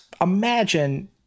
imagine